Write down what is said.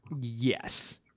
yes